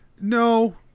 No